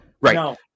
Right